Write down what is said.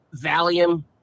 Valium